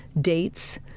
dates